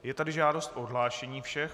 Je tady žádost o odhlášení všech.